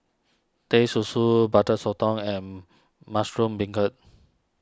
Teh Susu Butter Sotong and Mushroom Beancurd